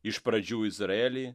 iš pradžių izraelį